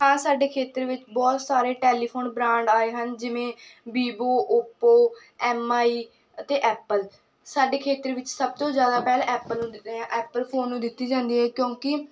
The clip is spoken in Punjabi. ਹਾਂ ਸਾਡੇ ਖੇਤਰ ਵਿੱਚ ਬਹੁਤ ਸਾਰੇ ਟੈਲੀਫੋਨ ਬ੍ਰਾਂਡ ਆਏ ਹਨ ਜਿਵੇਂ ਵੀਵੋ ਓਪੋ ਐੱਮਆਈ ਅਤੇ ਐਪਲ ਸਾਡੇ ਖੇਤਰ ਵਿੱਚ ਸਭ ਤੋਂ ਜ਼ਿਆਦਾ ਪਹਿਲ ਐਪਲ ਨੂੰ ਦਿੰਦੇ ਆ ਐਪਲ ਫੋਨ ਨੂੰ ਦਿੱਤੀ ਜਾਂਦੀ ਹੈ ਕਿਉਂਕਿ